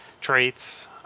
traits